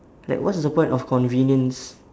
like what's the point of convenience